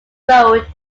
road